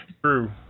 True